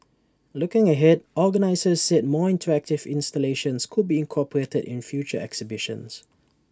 looking ahead organisers said more interactive installations could be incorporated in future exhibitions